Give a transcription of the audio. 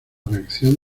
reacción